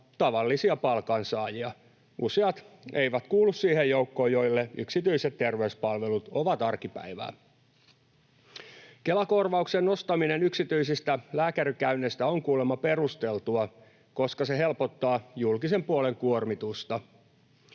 tavallisia palkansaajia. Useat eivät kuulu siihen joukkoon, joille yksityiset terveyspalvelut ovat arkipäivää. Kela-korvauksen nostaminen yksityisistä lääkärikäynneistä on kuulemma perusteltua, koska se helpottaa julkisen puolen kuormitusta,